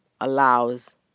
allows